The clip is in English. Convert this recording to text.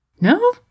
No